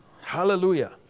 Hallelujah